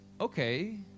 okay